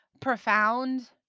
profound